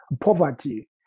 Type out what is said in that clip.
poverty